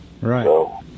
Right